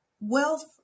Wealth